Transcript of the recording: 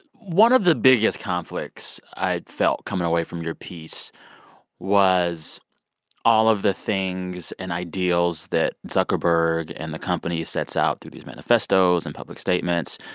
one of the biggest conflicts i'd felt coming away from your piece was all of the things and ideals that zuckerberg and the company sets out through these manifestos and public statements.